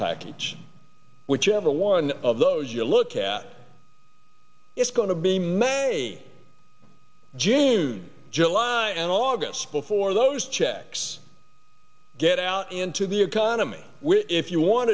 package whichever one of those you look at it's going to be may june july and august before those checks get out into the economy which if you want